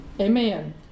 Amen